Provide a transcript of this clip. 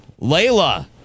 Layla